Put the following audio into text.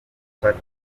zifata